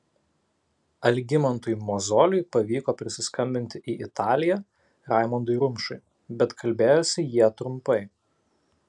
algimantui mozoliui pavyko prisiskambinti į italiją raimondui rumšui bet kalbėjosi jie trumpai